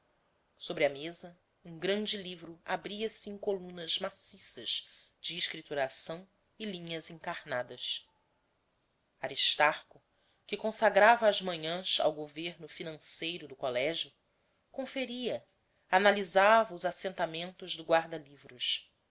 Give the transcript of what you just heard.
sobre a mesa um grande livro abriase em colunas maciças de escrituração e linhas encarnadas aristarco que consagrava as manhãs ao governo financeiro do colégio conferia analisava os assentamentos do